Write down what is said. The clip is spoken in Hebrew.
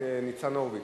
חבר הכנסת ניצן הורוביץ.